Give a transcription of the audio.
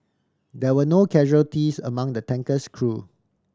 there were no casualties among the tanker's crew